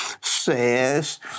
says